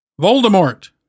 voldemort